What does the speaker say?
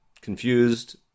confused